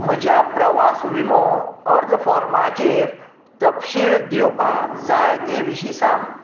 म्हज्या प्रवास विमो अर्ज फॉर्माचेर तपशील दिवपाक जाय ते विशीं सांग